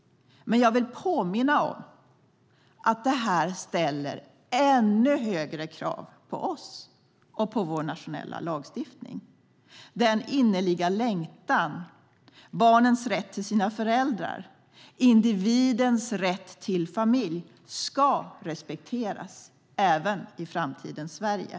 Men jag vill påminna om att det här ställer ännu högre krav på oss och på vår nationella lagstiftning. Den innerliga längtan, barnens rätt till sina föräldrar och individens rätt till familj ska respekteras även i framtidens Sverige.